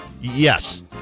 Yes